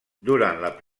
durant